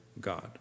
god